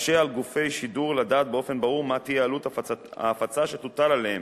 תקשה על גופי שידור לדעת באופן ברור מה תהיה עלות ההפצה שתוטל עליהם,